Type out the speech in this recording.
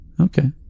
Okay